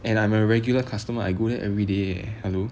and I'm a regular customer I go there everyday eh